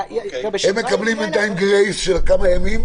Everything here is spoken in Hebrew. הם מקבלים בינתיים גרייס של כמה ימים,